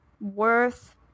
worth